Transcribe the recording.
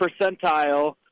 percentile